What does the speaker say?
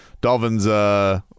Dolphins